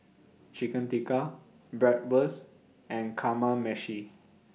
Chicken Tikka Bratwurst and Kamameshi